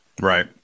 Right